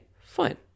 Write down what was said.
fine